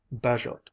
Bajot